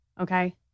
Okay